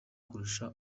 kurusha